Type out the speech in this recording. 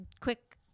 quick